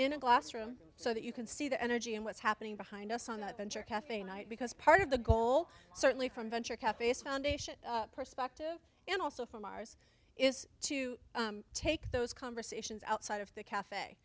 in a glass room so that you can see the energy and what's happening behind us on that bench or cafe night because part of the goal certainly from venture cafes foundation perspective and also from ours is to take those conversations outside of the caf